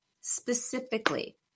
Specifically